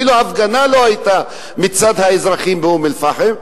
אפילו הפגנה לא היתה מצד האזרחים מאום-אל-פחם.